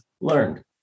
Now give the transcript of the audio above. learned